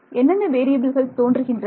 என்னென்ன வேறியபில்கள் தோன்றுகின்றன